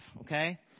okay